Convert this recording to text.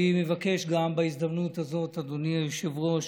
אני מבקש גם, בהזדמנות הזאת, אדוני היושב-ראש: